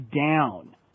down